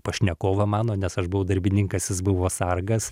pašnekovą mano nes aš buvau darbininkas jis buvo sargas